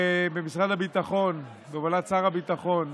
במשרד הביטחון, בהובלת שר הביטחון,